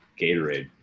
Gatorade